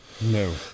No